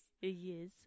Yes